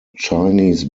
chinese